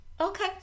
Okay